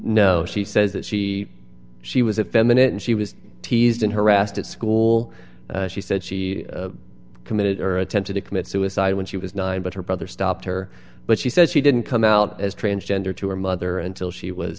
no she says that she she was a feminine she was teased and harassed at school she said she committed or attempted to commit suicide when she was nine but her brother stopped her but she says she didn't come out as transgender to her mother until she was